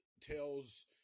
tells